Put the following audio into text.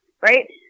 right